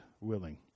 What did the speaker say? willing